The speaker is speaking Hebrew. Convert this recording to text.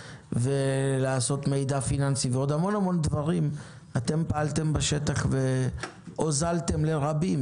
ולאסוף מידע פיננסי ועוד המון דברים - אתם פעלתם בשטח והוזלתם לרבים.